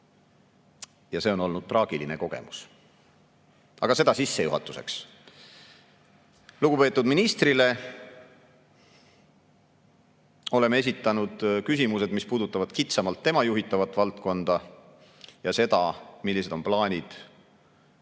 See oli traagiline kogemus. Aga seda sissejuhatuseks. Lugupeetud ministrile oleme esitanud küsimused, mis puudutavad kitsamalt tema juhitavat valdkonda ja seda, millised on selles